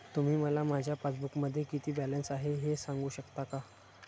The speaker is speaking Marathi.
तुम्ही मला माझ्या पासबूकमध्ये किती बॅलन्स आहे हे सांगू शकता का?